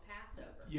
Passover